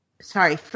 sorry